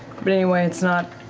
but anyway, it's not,